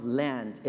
land